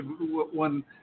one